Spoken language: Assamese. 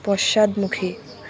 পশ্চাদমুখী